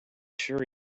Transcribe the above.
sure